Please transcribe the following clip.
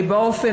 באופן